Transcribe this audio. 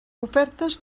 ofertes